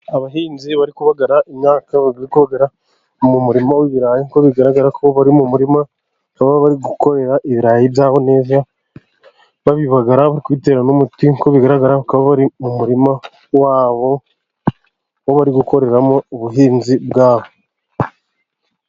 Abahinzi bari kubagara imyaka，bakaba bati kubagara mu murima w'ibirayi kuko bigaragara ko bari mu murima， bakaba bari gukorera ibirayi byabo neza，babibagara，babitera n'umuti，nk'uko bigaragara， kuko bari mu murima wabo，bari gukoreramo ubuhinzi bwabo.